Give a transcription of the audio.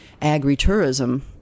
agritourism